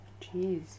Jeez